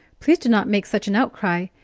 please, do not make such an outcry!